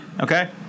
Okay